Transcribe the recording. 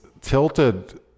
tilted